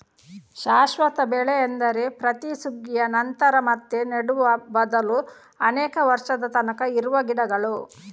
ಶಾಶ್ವತ ಬೆಳೆ ಎಂದರೆ ಪ್ರತಿ ಸುಗ್ಗಿಯ ನಂತರ ಮತ್ತೆ ನೆಡುವ ಬದಲು ಅನೇಕ ವರ್ಷದ ತನಕ ಇರುವ ಗಿಡಗಳು